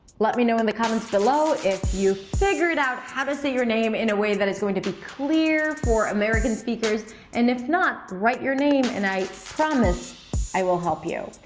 let me know in the comments below if you figured out how to say your name in a way that it's going to be clear for american speakers. and if not, write your name and i promise i will help you.